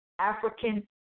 African